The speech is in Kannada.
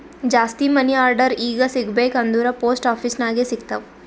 ಜಾಸ್ತಿ ಮನಿ ಆರ್ಡರ್ ಈಗ ಸಿಗಬೇಕ ಅಂದುರ್ ಪೋಸ್ಟ್ ಆಫೀಸ್ ನಾಗೆ ಸಿಗ್ತಾವ್